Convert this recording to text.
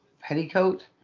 petticoat